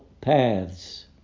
paths